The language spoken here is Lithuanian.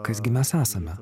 kas gi mes esame